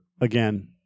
again